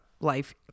life